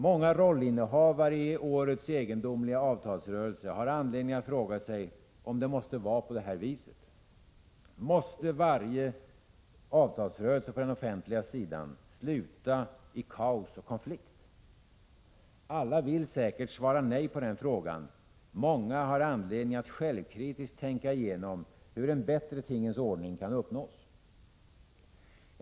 Många rollinnehavare i årets egendomliga avtalsrörelse har anledning att fråga sig om det måste vara på det här viset. Måste varje avtalsrörelse på den offentliga sidan sluta i kaos och konflikt? Alla vill säkert svara nej på den frågan. Många har anledning att självkritiskt tänka igenom hur en bättre tingens ordning kan uppnås.